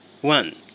one